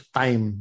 time